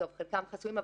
וחלקם חסויים,